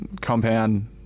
compound